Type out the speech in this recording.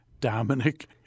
Dominic